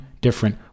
different